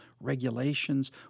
regulations